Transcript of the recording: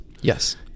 Yes